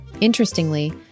Interestingly